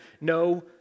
no